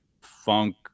funk